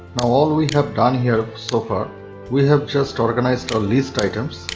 now all we have done here so far we have just organised our list items.